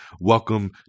welcome